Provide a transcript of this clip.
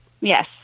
Yes